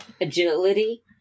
agility